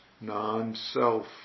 non-self